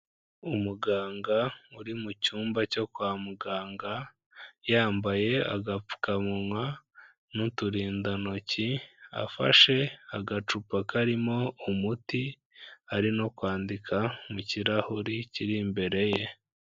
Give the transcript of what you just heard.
Umuganga uri mu cyumba cyo kwa muganga, yambaye agapfukamunwa n'uturindantoki, afashe agacupa karimo umuti ari no kwandika mu kirahuri kiri imbere ye.